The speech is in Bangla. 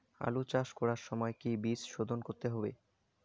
আলু চাষ করার সময় কি বীজ শোধন করতে হবে?